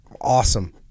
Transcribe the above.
awesome